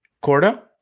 corda